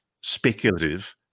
speculative